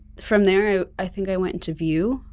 from there i i think i went into vue,